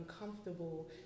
uncomfortable